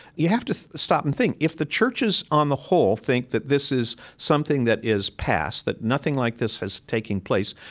you have to stop and think, if the churches on the whole think that this is something that is past, that nothing like this is taking place,